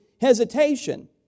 hesitation